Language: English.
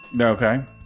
Okay